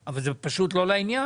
אבל זה פשוט לא לעניין.